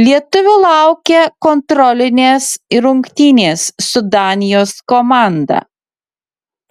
lietuvių laukia kontrolinės rungtynės su danijos komanda